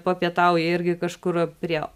papietauja irgi kažkur prie